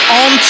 on